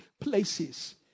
places